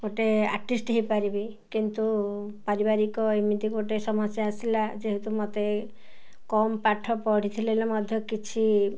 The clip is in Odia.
ଗୋଟେ ଆର୍ଟିଷ୍ଟ ହେଇପାରିବି କିନ୍ତୁ ପାରିବାରିକ ଏମିତି ଗୋଟେ ସମସ୍ୟା ଆସିଲା ଯେହେତୁ ମୋତେ କମ୍ ପାଠ ପଢ଼ିଥିଲେହେଲେ ମଧ୍ୟ କିଛି